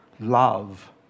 love